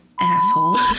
asshole